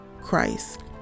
Christ